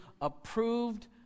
approved